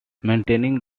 maintaining